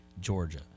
Georgia